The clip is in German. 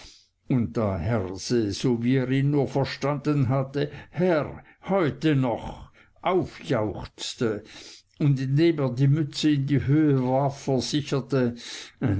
und da herse sowie er ihn nur verstanden hatte herr heute noch aufjauchzte und indem er die mütze in die höhe warf versicherte